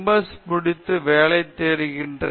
S முடித்து வேலை தேட நினைத்தேன்